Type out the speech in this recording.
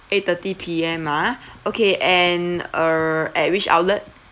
eight thirty P_M ah okay and err at which outlet